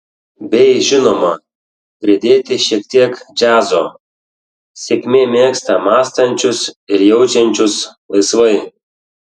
bei žinoma pridėti šiek tiek džiazo sėkmė mėgsta mąstančius ir jaučiančius laisvai